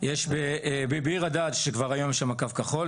יש בביר הדאג' שכבר היום יש להם קו כחול,